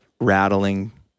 rattling